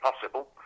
possible